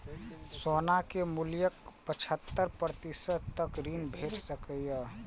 सोना के मूल्यक पचहत्तर प्रतिशत तक ऋण भेट सकैए